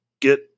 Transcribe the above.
get